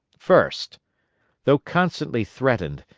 first though constantly threatened,